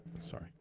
Sorry